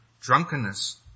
drunkenness